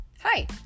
Hi